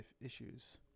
issues